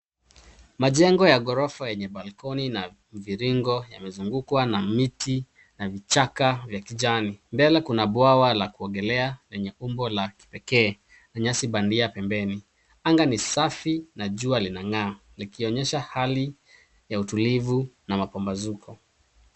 Majengo ya ghorofa yenye balcony na mviringo yamezungukwa na miti na vichaka vya kijani. Mbele kuna bwawa la kuogelea lenye umbo la kipekee na nyasi bandia pembeni. Anga ni safi na jua linang'aa likionyesha hali ya utulivu na mapambazuko.